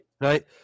Right